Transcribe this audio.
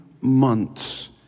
months